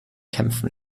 kämpfen